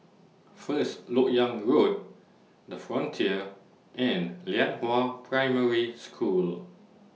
First Lok Yang Road The Frontier and Lianhua Primary School